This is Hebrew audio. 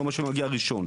לא מה שמגיע ראשון.